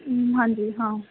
ہوں ہاں جی ہاں